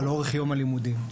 על אורך יום הלימודים.